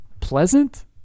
pleasant